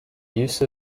use